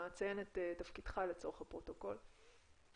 בבקשה.